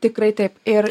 tikrai taip ir